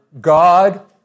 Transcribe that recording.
God